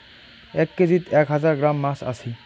এক কেজিত এক হাজার গ্রাম আছি